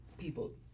people